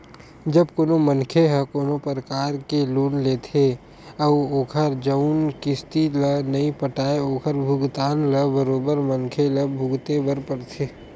जब कोनो मनखे ह कोनो परकार के लोन ले लेथे अउ ओखर जउन किस्ती ल नइ पटाय ओखर भुगतना ल बरोबर मनखे ल भुगते बर परथे